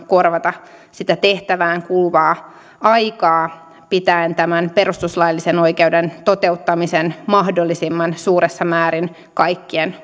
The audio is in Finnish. korvata tehtävään kuluvaa aikaa pitäen tämän perustuslaillisen oikeuden toteuttamisen mahdollisimman suuressa määrin kaikkien